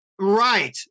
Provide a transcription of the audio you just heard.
Right